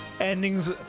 endings